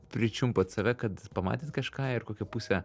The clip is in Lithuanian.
pričiumpat save kad pamatėt kažką ir kokią pusę